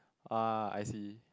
!wah! I see